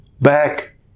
back